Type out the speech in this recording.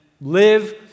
live